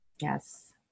Yes